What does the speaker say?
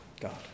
God